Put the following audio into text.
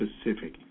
specific